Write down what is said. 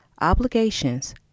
obligations